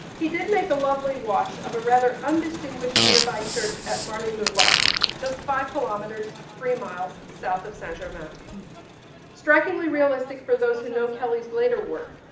he did make a lovely wash of a rather undistinguished nearby church at marly-le-roi but just five kilometers three miles south of saint-germain. strikingly realistic for those who know kelly's later work.